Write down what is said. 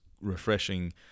refreshing